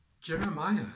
Jeremiah